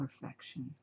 perfection